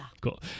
Cool